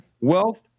wealth